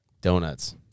Donuts